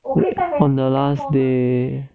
on the last day